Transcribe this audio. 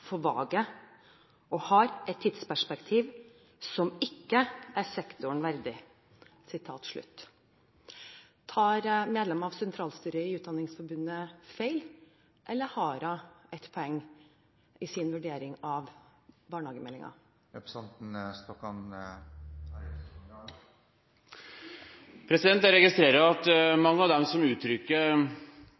for vage og har et tidsperspektiv som ikke er sektoren verdig.» Tar medlem av sentralstyret i Utdanningsforbundet feil, eller har hun et poeng i sin vurdering av barnehagemeldingen? Jeg registrerer at mange av dem som uttrykker